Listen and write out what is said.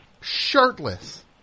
Shirtless